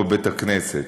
זה כמו בבית כנסת,